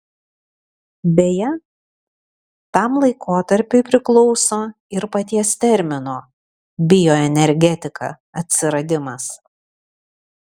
beje tam laikotarpiui priklauso ir paties termino bioenergetika atsiradimas